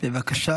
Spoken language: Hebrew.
יאסין, בבקשה.